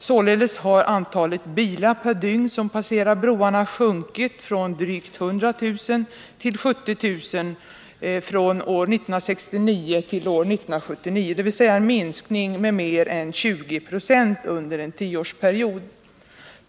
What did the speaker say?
Således har antalet bilar per dygn som passerar broarna sjunkit från drygt 100 000 till 77 000 från år 1969 till år 1979, dvs. en minskning med mer än 20 26 under en tioårsperiod.